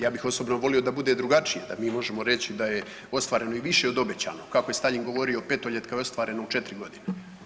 Ja bih osobno volio da bude drugačije, da mi možemo reći da je ostvareno i više od obećanog, kako je Staljin govorio petoljetka je ostvarena u 4 godine.